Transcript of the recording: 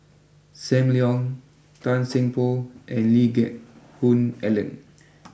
Sam Leong Tan Seng Poh and Lee Geck Hoon Ellen